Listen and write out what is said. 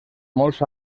molts